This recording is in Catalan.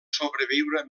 sobreviure